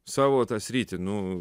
savo tą sritį nu